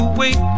wait